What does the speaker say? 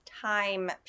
time